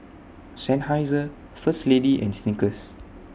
Seinheiser First Lady and Snickers